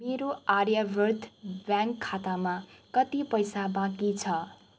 मेरो Aryavart bank खातामा कति पैसा बाँकी छ